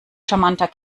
charmanter